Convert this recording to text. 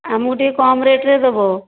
ଆମକୁ ଟିକିଏ କମ୍ ରେଟ୍ରେ ଦେବ